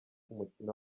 umukino